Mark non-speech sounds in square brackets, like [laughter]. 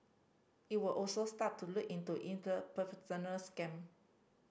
it will also start to look into in the [unintelligible] scam